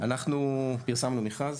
אנחנו פרסמנו מכרז